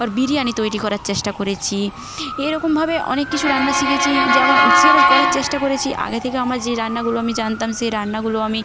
বিরিয়ানি তৈরি করার চেষ্টা করেছি এইরকমভাবে অনেক কিছু রান্না শিখেছি যেমন সেটা করার চেষ্টা করেছি আগে থেকে আমার যে রান্নাগুলো আমি জানতাম সেই রান্নাগুলো আমি